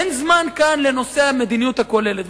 אין זמן כאן לנושא המדיניות הכוללת.